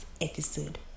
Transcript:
episode